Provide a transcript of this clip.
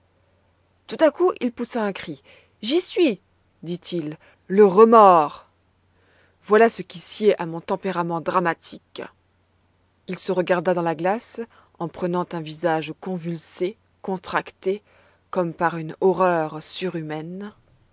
tout à coup il poussa un cri j'y suis dit-il le remords voilà ce qui sied à mon tempérament dramatique il se regarda dans la glace en prenant un visage convulsé contracté comme par une horreur surhumaine